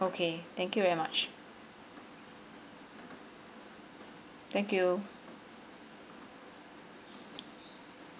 okay thank you very much thank you